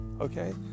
okay